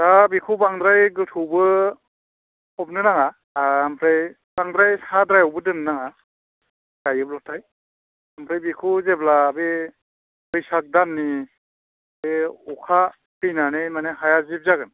दा बेखौ बांद्राय गोथौबो फबनो नाङा हाया आमफ्राय बांद्राय साद्रायावबो दोननो नाङा गायोब्लाथाय आमफ्राय बेखौै जेब्ला बे बैसाग दाननि बे अखा फैनानै मानि हाया जिब जागोन